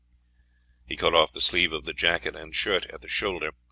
he cut off the sleeve of the jacket and shirt at the shoulder,